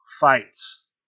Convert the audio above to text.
fights